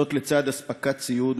וזאת לצד אספקת ציוד,